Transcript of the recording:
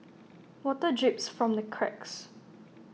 water drips from the cracks